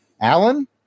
Alan